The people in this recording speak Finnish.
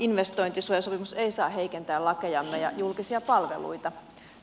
investointisuojasopimus ei saa heikentää lakejamme ja julkisia palveluita